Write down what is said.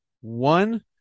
one